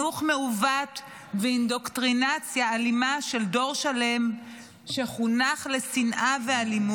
מעוות ואינדוקטרינציה אלימה של דור שלם שחונך לשנאה ואלימות,